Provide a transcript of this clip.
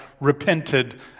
repented